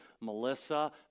Melissa